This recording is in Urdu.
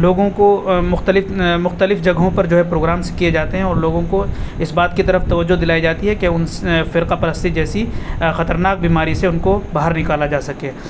لوگوں کو مختلف مختلف جگہوں پر جو ہے پروگرامس کیے جاتے ہیں اور لوگوں کو اس بات کی طرف توجہ دلائی جاتی ہے کہ ان فرقہ پرستی جیسی خطرناک بیماری سے ان کو باہر نکالا جا سکے